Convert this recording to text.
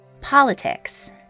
Politics